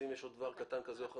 אם יש עוד דבר קטן זה או אחר,